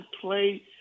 play